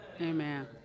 Amen